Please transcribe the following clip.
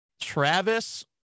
Travis